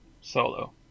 Solo